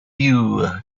you